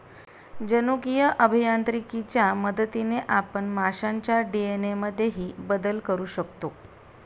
जनुकीय अभियांत्रिकीच्या मदतीने आपण माशांच्या डी.एन.ए मध्येही बदल करू शकतो